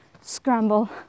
scramble